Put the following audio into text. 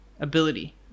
ability